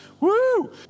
Woo